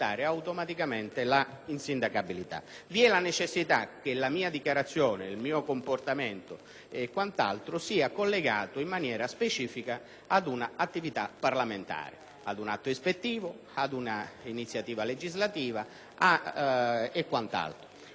vi è la necessità che la dichiarazione o il comportamento siano collegati in maniera specifica ad un'attività parlamentare: un atto ispettivo, un'iniziativa legislativa o quant'altro.